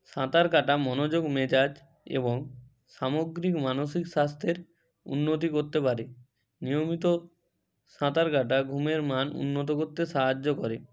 সাঁতার কাটা মনোযোগ মেজাজ এবং সামগ্রিক মানসিক স্বাস্থ্যের উন্নতি করতে পারে নিয়মিত সাঁতার কাটা ঘুমের মান উন্নত করতে সাহায্য করে